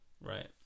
Right